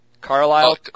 Carlisle